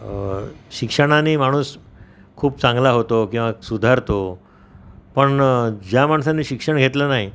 श शिक्षणानी माणूस खूप चांगला होतो किंवा सुधारतो पण ज्या माणसानी शिक्षण घेतलं नाही